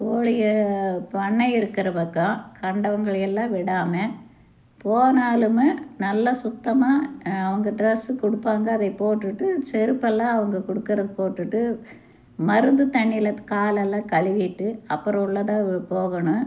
கோழிகள் பண்ணை இருக்கிற பக்கம் கண்டவங்களையெல்லாம் விடாமல் போனாலும் நல்லா சுத்தமாக அவங்க ட்ரெஸ்சு கொடுப்பாங்க அதே போட்டுட்டு செருப்பெல்லாம் அவங்க கொடுக்கறத போட்டுட்டு மருந்து தண்ணியில் காலெல்லாம் கழுவிட்டு அப்பறம் உள்ளதான் போகணும்